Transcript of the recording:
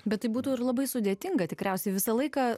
bet tai būtų ir labai sudėtinga tikriausiai visą laiką